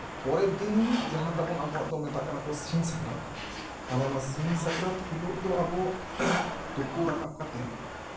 ᱯᱚᱨᱮᱨ ᱫᱤᱱ ᱡᱟᱦᱟᱸ ᱛᱟᱵᱚᱱ ᱢᱮᱛᱟᱜ ᱠᱟᱱᱟ ᱠᱚ ᱥᱤᱧ ᱥᱟᱠᱨᱟᱛ ᱛᱟᱦᱚᱞᱮ ᱚᱱᱟ ᱥᱤᱧ ᱥᱟᱠᱨᱟᱛ ᱦᱤᱞᱳᱜ ᱫᱚ ᱟᱵᱚ ᱛᱳᱯᱩ ᱨᱟᱠᱟᱵᱽ ᱠᱟᱛᱮᱜ